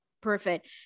perfect